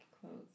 clothes